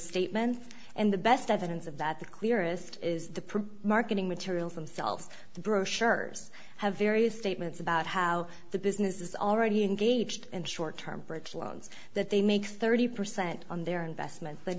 statements and the best evidence of that the clearest is the marketing materials themselves the brochures have various statements about how the business is already engaged in short term bridge loans that they make thirty percent on their investment